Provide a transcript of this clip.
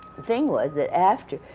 thing was that after.